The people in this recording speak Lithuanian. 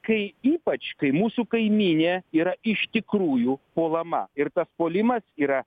kai ypač kai mūsų kaimynė yra iš tikrųjų puolama ir tas puolimas yra